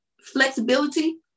flexibility